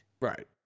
Right